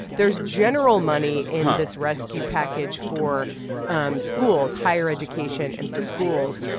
there's general money in this rescue package for um schools higher education and for schools,